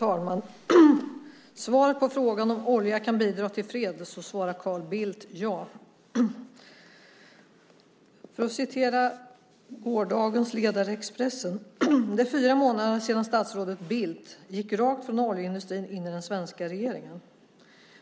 Herr talman! På frågan om olja kan bidra till fred svarar Carl Bildt ja. I gårdagens ledare i Expressen stod det: "Det är fyra månader sedan Bildt gick rakt från oljeindustrin in i den svenska regeringen."